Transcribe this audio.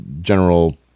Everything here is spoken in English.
general